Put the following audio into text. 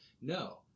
no